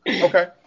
Okay